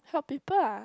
help people ah